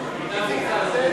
החוץ (משרד החוץ,